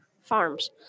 farms